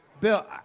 Bill